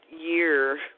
year